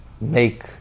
make